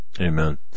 Amen